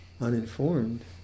uninformed